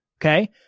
Okay